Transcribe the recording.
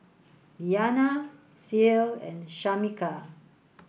Liana Ceil and Shamika